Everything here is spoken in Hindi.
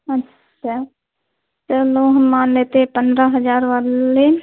अच्छा चलो हम मान लेते हैं पंद्रह हज़ार वाले